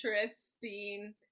interesting